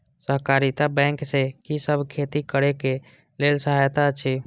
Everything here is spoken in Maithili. सहकारिता बैंक से कि सब खेती करे के लेल सहायता अछि?